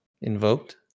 Invoked